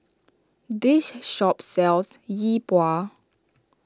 this shop sells Yi Bua